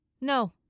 No